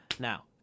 Now